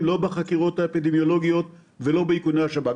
לא בחקירות האפידמיולוגיות ולא באיכוני השב"כ.